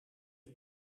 het